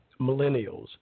millennials